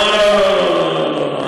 לא לא לא לא,